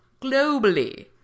Globally